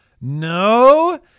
No